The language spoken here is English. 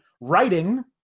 writing